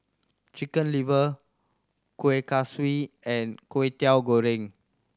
Chicken Liver Kueh Kaswi and Kwetiau Goreng